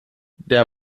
der